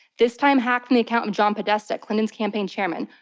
this time hacked from the account of john podesta, clinton's campaign chairman.